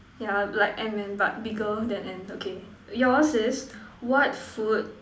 yeah like Ant Man but bigger than Ant okay yours is what food